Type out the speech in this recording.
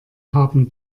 haben